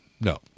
no